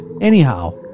Anyhow